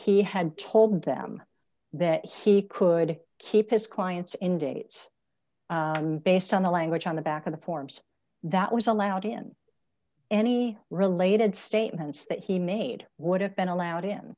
he had told them that he could keep his clients indicates based on the language on the back of the forms that was allowed in any related statements that he made would have been allowed in